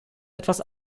etwas